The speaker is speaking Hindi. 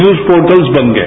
न्यूज पोर्टल्स बन गए